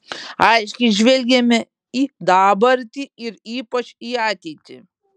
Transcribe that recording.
aiškiai žvelgiame į dabartį ir ypač į ateitį